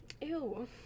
Ew